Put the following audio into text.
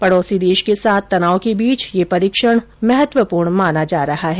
पड़ौसी देश के साथ तनाव के बीच यह परीक्षण महत्वपूर्ण माना जा रहा है